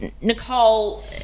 Nicole